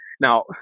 Now